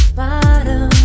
bottom